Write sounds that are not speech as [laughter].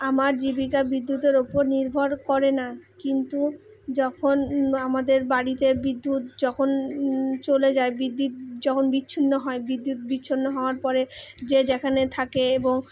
আমার জীবিকা বিদ্যুতের ওপর নির্ভর করে না কিন্তু যখন আমাদের বাড়িতে বিদ্যুৎ যখন চলে যায় বিদ্যুৎ যখন বিচ্ছিন্ন হয় বিদ্যুৎ বিচ্ছিন্ন হওয়ার পরে যে যেখানে থাকে [unintelligible]